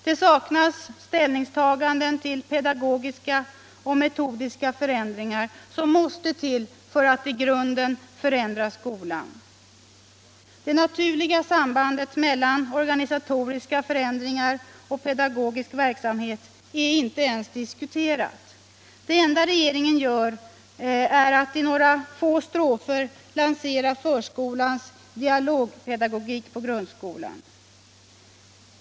Det saknas ställningstaganden till pedagogiska och metodiska förändringar som måste till för att i grunden förändra skolan. Det naturliga sambandet mellan organisatoriska förändringar och pedagogisk verksamhet är inte ens diskuterat. Det enda regeringen gör är att i några få strofer lansera förskolans dialogpedagogik på grundskolan.